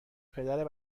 پدر